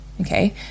Okay